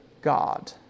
God